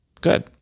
Good